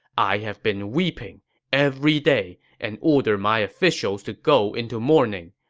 i have been weeping every day and ordered my officials to go into mourning.